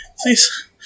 please